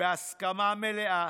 בהסכמה מלאה,